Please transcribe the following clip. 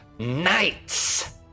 Knights